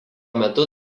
metu